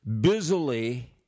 busily